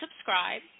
subscribe